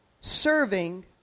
serving